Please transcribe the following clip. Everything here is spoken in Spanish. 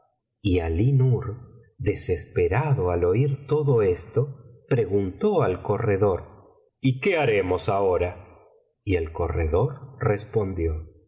y alí nur desesperado al oir todo esto preguntó al corredor y qué haremos ahora y el corredor respondió